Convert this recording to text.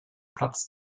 platz